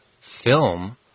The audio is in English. film